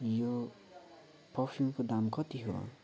यो पर्फ्युमको दाम कति हो